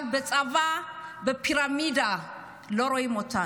אבל בפירמידה של הצבא לא רואים אותנו.